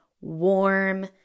warm